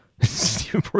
Stephen